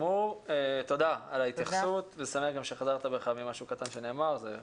אני שמח שחזרת בך ממשהו קטן שאמרת.